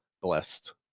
blessed